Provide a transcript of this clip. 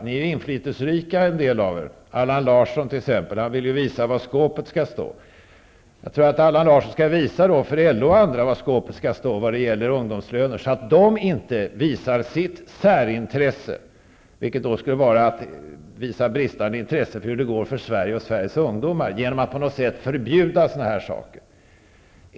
Ni är inflytesrika, en del av er -- Allan Larsson t.ex. Han vill ju visa var skåpet skall stå. Jag tycker att Allan Larsson då skall visa LO och andra var skåpet skall stå när det gäller ungdomslöner, så att de inte visar sitt särintresse -- vilket skulle vara att visa bristande intresse för hur det går för Sverige och Sveriges ungdomar genom att på något sätt förbjuda sådana här saker.